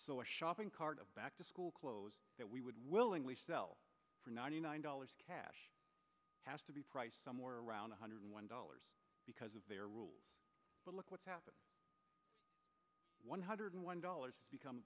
so a shopping cart of back to school clothes that we would willingly sell for ninety nine dollars cash has to be priced somewhere around one hundred one dollars because of their rules but look what's happened one hundred one dollars become